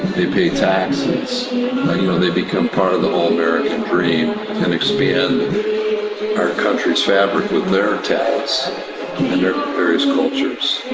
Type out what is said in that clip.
they pay taxes, you know they become part of the whole american dream and expand our country's fabric with their talents and their various cultures.